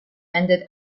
ended